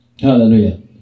Hallelujah